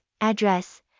address